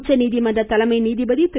உச்சநீதிமன்ற தலைமை நீதிபதி திரு